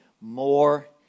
more